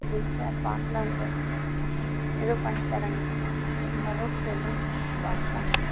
சரி சார் பார்க்கலாங்க சார் ஏதோ பண்ணித்தரேங்க இந்தளவுக்கு சொல்கிறிங்க பார்க்கலாங்க